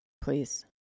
Please